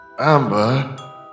Amber